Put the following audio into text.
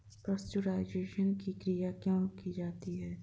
Pasteurisation की क्रिया क्यों की जाती है?